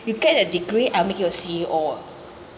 you get a degree I'll make you a C_E_O